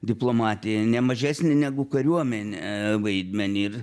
diplomatija nemažesnį negu kariuomenė vaidmenį ir